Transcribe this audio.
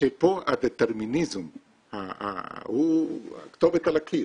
שפה הדטרמיניזם הוא הכתובת על הקיר.